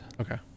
Okay